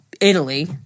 Italy